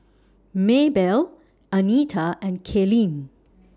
Maebelle Anita and Kaylene